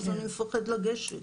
אז אני מפחד לגשת.